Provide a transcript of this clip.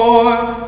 Lord